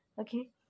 Okay